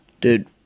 Dude